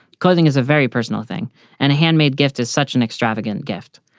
clothing is a very personal thing and a handmade gift is such an extravagant gift.